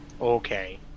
Okay